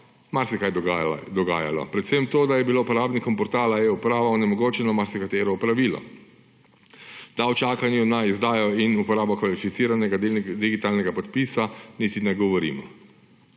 marsikaj dogajalo. Predvsem to, da je bilo uporabnikom portala eUprava onemogočeno marsikatero opravilo. Da o čakanju na izdajo in uporabo kvalificiranega digitalnega podpisa niti ne govorimo.